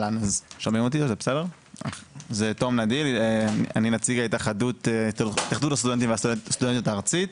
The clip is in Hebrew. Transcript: אני נציג התאחדות הסטודנטים והסטודנטיות הארצית.